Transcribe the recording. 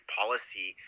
policy